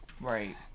right